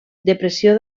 depressió